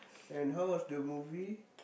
and how was the movie